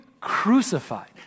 crucified